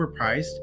overpriced